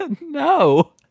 No